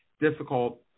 difficult